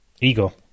Ego